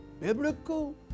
biblical